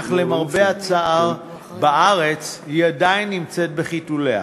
אך למרבה הצער בארץ היא עדיין בחיתוליה.